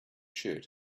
shirt